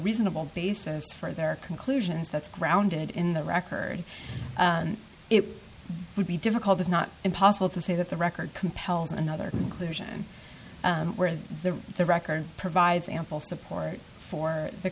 reasonable basis for their conclusions that's grounded in the record it would be difficult if not impossible to say that the record compels another version where the record provides ample support for the